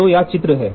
तो यह चित्र है